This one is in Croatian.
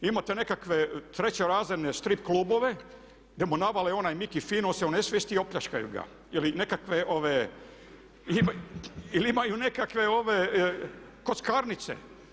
Imate nekakve treće razredne strip klubove gdje mu navale one miki finuse, onesvijeste i opljačkaju ga ili nekakve ove, ili imaju nekakve kockarnice.